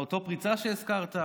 אותה פריצה שהזכרת.